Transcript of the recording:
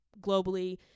globally